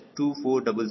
00022216 W6W5e 0